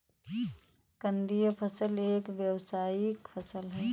कंदीय फसल एक व्यावसायिक फसल है